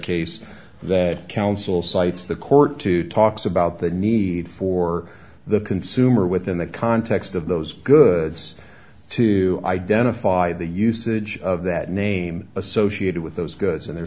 case that council cites the court to talks about the need for the consumer within the context of those goods to identify the usage of that name associated with those goods and the